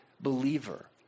believer